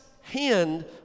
hand